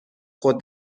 خود